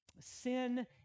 sin